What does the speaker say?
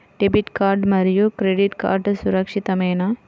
Debit card మరియు credit card సురక్షితమేనా?